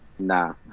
Nah